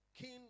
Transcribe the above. king